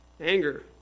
Anger